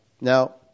Now